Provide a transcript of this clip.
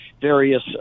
various